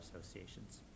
associations